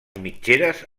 mitgeres